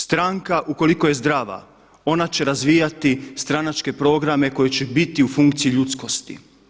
Stranka ukoliko je zdrava ona će razvijati stranačke programe koji će bit u funkciji ljudskosti.